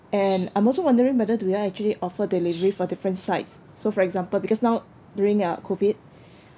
and I'm also wondering whether do you all actually offer delivery for different sites so for example because now during uh COVID